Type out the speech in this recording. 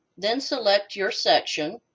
then, select your section.